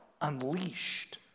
unleashed